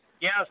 Yes